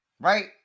Right